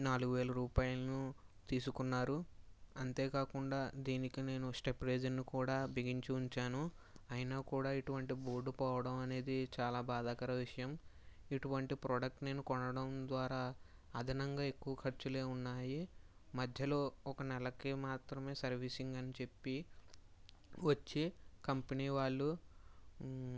నాలుగు వేల రూపాయలను తీసుకున్నారు అంతే కాకుండా దినికి నేను స్టెప్లేజర్ను కూడా బిగించి ఉంచాను అయినా కూడా ఇటువంటి బోర్డు పోవడం అనేది చాలా బాధాకర విషయం ఇటువంటి ప్రోడక్ట్ నేను కొనడం ద్వారా అదనంగా ఎక్కువ ఖర్చులే ఉన్నాయి మధ్యలో ఒక నెలకి మాత్రమే సర్వీసింగ్ అని చెప్పి వచ్చి కంపెనీ వాళ్ళు